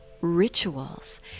rituals